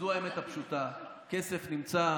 זו האמת הפשוטה: הכסף נמצא,